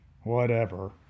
Whatever